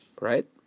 right